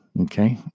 okay